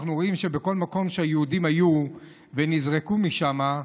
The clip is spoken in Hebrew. אנחנו רואים שבכל מקום שבו היהודים היו ונזרקו משם,